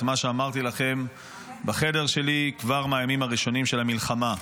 את מה שאמרתי לכם בחדר שלי כבר מהימים הראשונים של המלחמה: